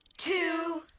two,